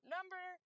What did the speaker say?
Number